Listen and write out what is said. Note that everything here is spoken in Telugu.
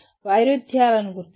వైరుధ్యాలను గుర్తించడం